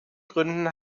gründen